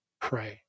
Pray